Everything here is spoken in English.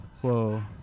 whoa